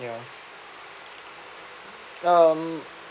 ya um